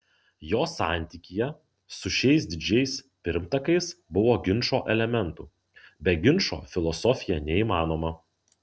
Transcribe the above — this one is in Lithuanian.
jo santykyje su šiais didžiais pirmtakais buvo ginčo elementų be ginčo filosofija neįmanoma